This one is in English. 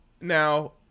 Now